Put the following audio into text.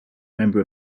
member